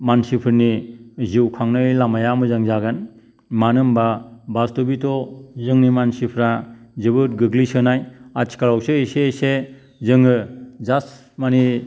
मानसिफोरनि जिउ खांनायनि लामाया मोजां जागोन मानो होनबा बास्टबिथ' जोंनि मानसिफ्रा जोबोद गोगलैसोनाय आथिखालावसो एसे एसे जोङो जास्त माने